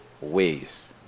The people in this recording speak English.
ways